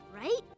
right